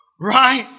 Right